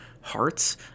hearts